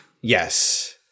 Yes